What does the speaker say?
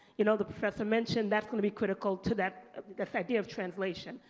you know, the professor mentioned, that's going to be critical to that this idea of translation.